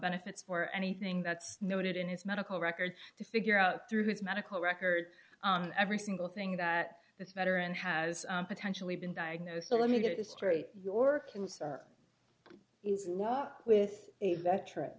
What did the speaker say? benefits for anything that's noted in his medical records to figure out through his medical records on every single thing that this veteran has potentially been diagnosed so let me get this straight your concern is a lot with a veteran